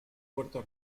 puerto